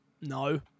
no